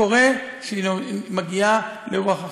קורה שהיא מגיעה לרוח אחרת.